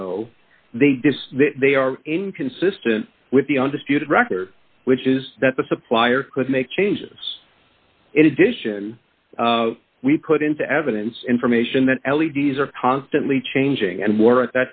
so they did they are inconsistent with the undisputed record which is that the supplier could make changes in addition we put into evidence information that l e d's are constantly changing and w